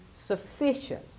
sufficient